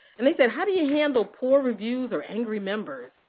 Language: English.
and they said, how do you handle poor reviews or angry members,